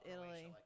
Italy